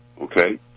Okay